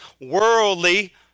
worldly